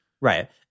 Right